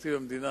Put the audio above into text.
תקציב המדינה